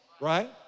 right